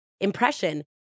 impression